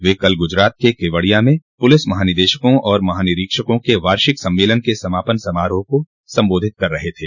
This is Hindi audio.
वे कल गुजरात के केवड़िया में पुलिस महानिदेशकों और महानिरीक्षकों के वार्षिक सम्मेलन के समापन समारोह को संबोधित कर रहे थे